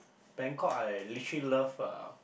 Bangkok I literally love uh